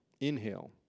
Inhale